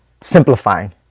simplifying